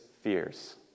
fears